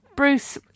Bruce